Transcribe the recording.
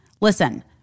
Listen